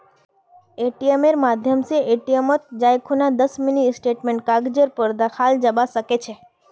एटीएमेर माध्यम स एटीएमत जाई खूना दस मिनी स्टेटमेंटेर कागजेर पर दखाल जाबा सके छे